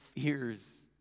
fears